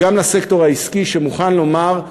ולסקטור העסקי שמוכן לומר: